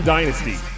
Dynasty